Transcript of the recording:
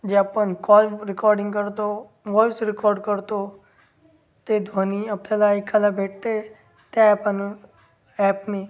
जे आपण call recording करतो व्हॉईस रेकॉर्ड करतो ते ध्वनी आपल्याला ऐकायला भेटते त्या ॲपनं ॲपने